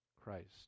Christ